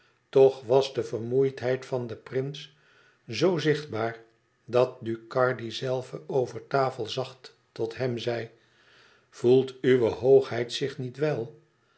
toch was de vermoeidheid van den prins zoo zichtbaar dat ducardi zelve over tafel zacht tot hem zei voelt uwe hoogheid zich niet wel